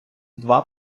два